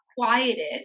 quieted